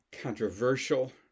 controversial